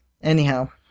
Anyhow